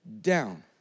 down